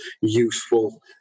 useful